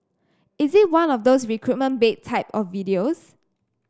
is it one of those recruitment bait type of videos